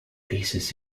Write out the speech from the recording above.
pieces